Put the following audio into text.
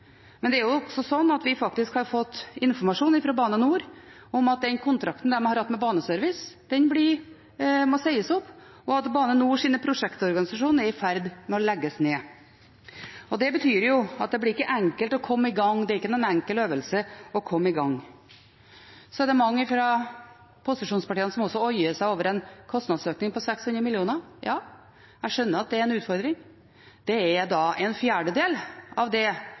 Men det er også slik at vi har fått informasjon fra Bane NOR om at den kontrakten de har hatt med Baneservice, må sies opp, og at Bane NORs prosjektorganisasjon er i ferd med å bli lagt ned. Det betyr at det blir ikke enkelt å komme i gang, det er ingen enkel øvelse å komme i gang. Så er det mange fra posisjonspartiene som oier seg over en kostnadsøkning på 600 mill. kr. Ja, jeg skjønner at det er en utfordring. Det er en fjerdedel av det